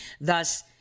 Thus